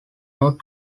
not